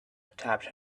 tapped